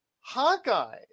Hawkeye